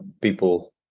people